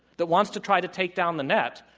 that wants to try to take down the net.